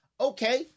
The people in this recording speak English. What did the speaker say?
okay